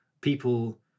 people